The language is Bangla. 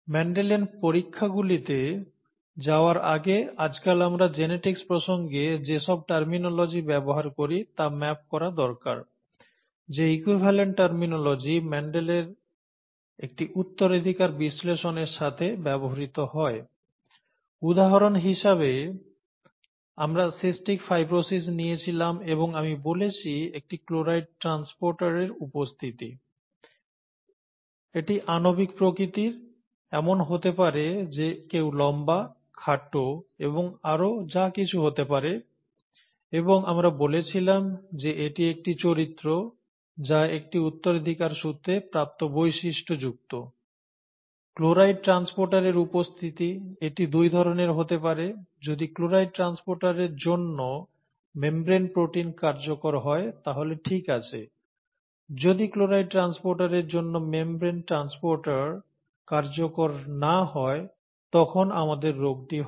মেন্ডেলের পরীক্ষাগুলিতে যাওয়ার আগে আজকাল আমরা জেনেটিক্স প্রসঙ্গে সব যেসব টার্মিনোলজি ব্যবহার করি তা ম্যাপ করা দরকার যে ইকুইভালেন্ট টার্মিনোলজি মেন্ডেলের একটি উত্তরাধিকার বিশ্লেষণের সাথে ব্যবহৃত হয় উদাহরণ হিসাবে আমরা সিস্টিক ফাইব্রোসিস নিয়েছিলাম এবং আমরা বলেছি একটি ক্লোরাইড ট্রান্সপোর্টারের উপস্থিতি এটি আণবিক প্রকৃতির এমন হতে পারে যে কেউ লম্বা খাটো এবং আরও যাকিছু হতে পারে এবং আমরা বলেছিলাম যে এটি একটি চরিত্র যা একটি উত্তরাধিকারসূত্রে প্রাপ্ত বৈশিষ্ট্য যুক্ত ক্লোরাইড ট্রান্সপোর্টারের উপস্থিতি এটি দুই ধরণের হতে পারে যদি ক্লোরাইড ট্রান্সপোর্টারের জন্য মেমব্রেন প্রোটিন কার্যকর হয় তাহলে ঠিক আছে যদি ক্লোরাইড ট্রান্সপোর্টারের জন্য মেমব্রেন ট্রান্সপোর্টার কার্যকর না হয় তখন আমাদের রোগটি হয়